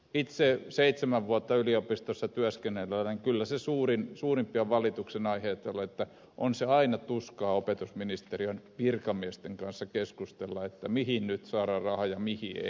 itse seitsemän vuotta yliopistossa työskennelleenä muistan että kyllä suurimpia valituksenaiheita oli että on se aina tuskaa opetusministeriön virkamiesten kanssa keskustella mihin nyt saadaan rahaa ja mihin ei